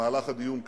במהלך הדיון כאן,